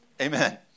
Amen